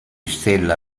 stella